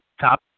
top